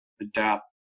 adapt